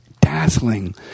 dazzling